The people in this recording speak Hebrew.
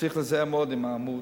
צריך להיזהר מאוד עם העמוד,